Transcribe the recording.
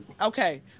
Okay